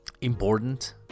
important